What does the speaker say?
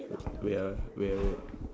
wait ah wait ah wait